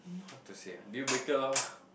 how to say ah deal breaker lor